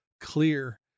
clear